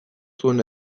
zuen